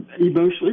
emotionally